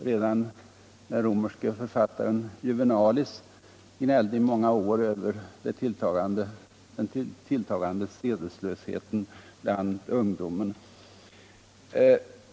Redan den romerske författaren Juvenalis gnällde i många år över den tilltagande sedeslösheten bland allt yngre ungdom.